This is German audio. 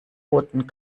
roten